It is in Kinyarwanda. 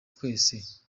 twese